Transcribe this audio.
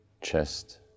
chest